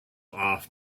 off